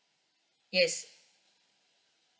yes